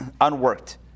unworked